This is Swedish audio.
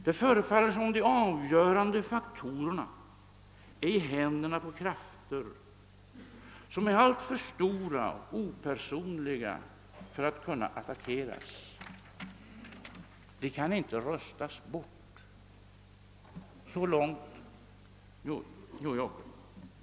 Det förefaller som om de avgörande faktorerna är i händerna på krafter som är alltför stora och opersonliga för att kunna attackeras. De kan inte röstas bort.» Så långt New Yorker.